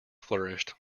flourished